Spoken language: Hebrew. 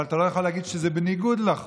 אבל אתה לא יכול להגיד שזה בניגוד לחוק,